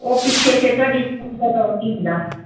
ਉਹ ਪਿੱਛੇ ਫਿਰ ਤੁਹਾਡੀ